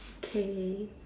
K